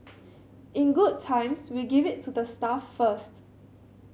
in good times we give it to the staff first